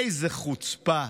איזו חוצפה,